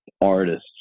artists